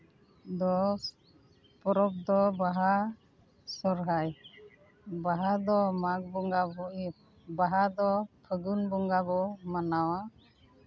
ᱫᱚ ᱯᱚᱨᱚᱵᱽ ᱫᱚ ᱵᱟᱦᱟ ᱥᱚᱨᱦᱟᱭ ᱵᱟᱦᱟ ᱫᱚ ᱢᱟᱜᱽ ᱵᱚᱸᱜᱟ ᱳᱭ ᱵᱟᱦᱟ ᱫᱚ ᱯᱷᱟᱹᱜᱩᱱ ᱵᱚᱸᱜᱟ ᱵᱚᱱ ᱢᱟᱱᱟᱣᱟ